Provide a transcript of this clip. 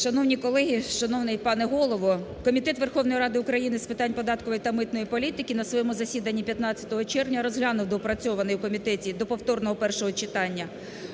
Шановні колеги, шановний пане Голово! Комітет Верховної Ради України з питань податкової та митної політики на своєму засіданні 15 червня розглянув доопрацьований в комітеті до повторного першого читання,